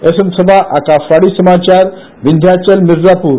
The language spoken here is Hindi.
एस एम सबा आकाशवाणी समाचार विध्याचल मिर्जापूर